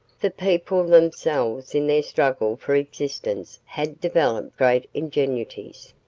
the people themselves in their struggle for existence had developed great ingenuities.